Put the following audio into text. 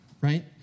right